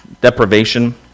deprivation